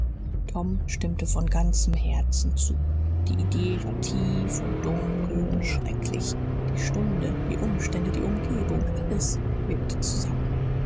tom stimmte von ganzem herzen zu die idee war tief und dunkel und schrecklich die stunde die umstände die umgebung alles wirkte zusammen